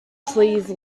please